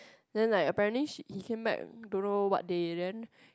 then like apparently she he came back don't know what day then